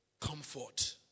comfort